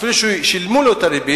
אפילו ששילמו לו את הריבית,